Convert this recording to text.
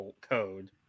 code